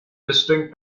distinct